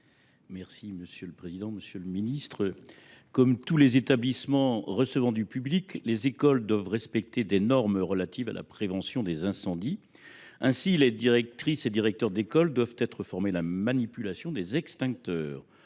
et Paralympiques. Monsieur le ministre, comme tous les établissements recevant du public, les écoles doivent respecter des normes relatives à la prévention des incendies. Ainsi, les directeurs d’école doivent être formés à la manipulation des extincteurs.